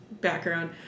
background